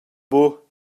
buc